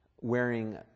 wearing